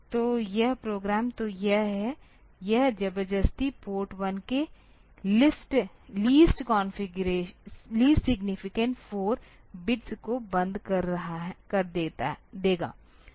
तो यह प्रोग्राम तो यह है यह जबरदस्ती पोर्ट 1 के लीस्ट सिग्नीफिकेंट 4 बिट्स को बंद कर देगा